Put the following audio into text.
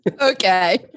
Okay